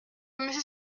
monsieur